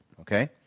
okay